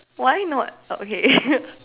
why not uh okay